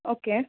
okay